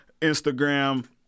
Instagram